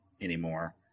anymore